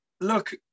Look